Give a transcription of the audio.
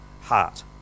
heart